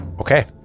Okay